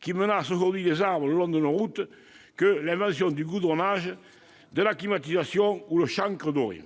qui menacent aujourd'hui les arbres le long de nos routes que l'invention du goudronnage, de la climatisation, ou le chancre doré.